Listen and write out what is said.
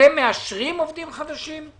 אתם מאשרים עובדים חדשים?